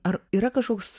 ar yra kažkoks